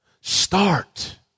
Start